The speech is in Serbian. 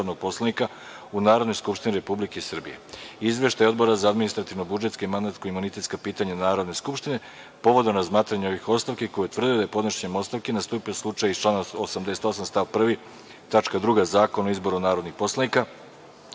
u Narodnoj skupštini Republike Srbije i Izveštaj Odbora za administrativno-budžetska i mandatno-imunitetska pitanja Narodne skupštine povodom razmatranja ovih ostavki koji je utvrdio da je podnošenjem ostavki nastupio slučaj iz člana 88. stav 1. tačka 2) Zakona o izboru narodnih poslanika